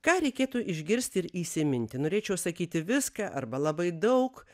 ką reikėtų išgirsti ir įsiminti norėčiau sakyti viską arba labai daug